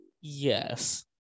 Yes